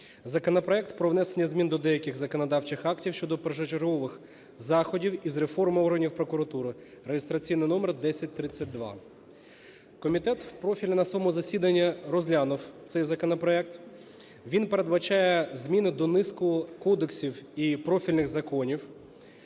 Законопроект про внесення змін до деяких законодавчих актів щодо першочергових заходів із реформи органів прокуратури (реєстраційний номер 1032). Комітет профільний на своєму засіданні розглянув цей законопроект, він передбачає зміни до низки кодексів і профільних законів.